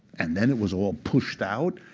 and then it was all pushed out,